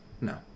No